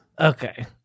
Okay